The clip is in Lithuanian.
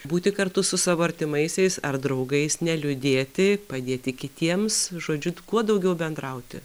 būti kartu su savo artimaisiais ar draugais neliūdėti padėti kitiems žodžiu kuo daugiau bendrauti